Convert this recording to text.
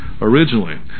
originally